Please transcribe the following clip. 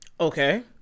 Okay